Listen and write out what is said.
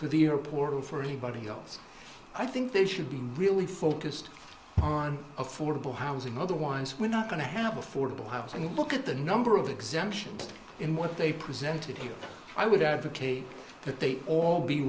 for the or poor for anybody else i think they should be really focused on affordable housing otherwise we're not going to have affordable housing look at the number of exemptions in what they presented here i would advocate that they all be